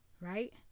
Right